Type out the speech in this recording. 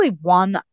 one